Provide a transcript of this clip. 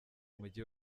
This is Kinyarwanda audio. umujyi